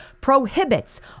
prohibits